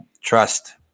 trust